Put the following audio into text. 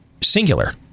singular